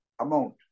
amount